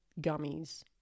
gummies